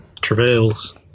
travails